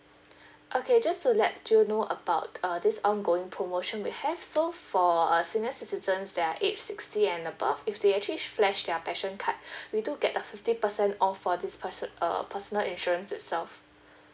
okay just to let you know about uh this ongoing promotion we have so for uh senior citizens that are aged sixty and above if they actually flash their passion card we do get a fifty percent off for this person uh personal insurance itself